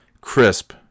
Crisp